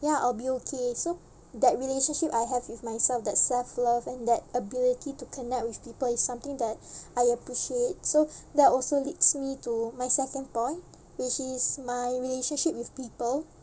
ya I'll be okay so that relationship I have with myself that self-love and that ability to connect with people is something that I appreciate so that also leads me to my second point which is my relationship with people